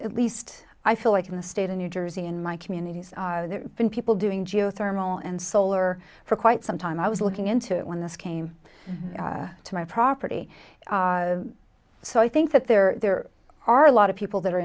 at least i feel like in the state of new jersey in my communities in people doing geothermal and solar for quite some time i was looking into it when this came to my property so i think that there are a lot of people that are